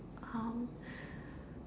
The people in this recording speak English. um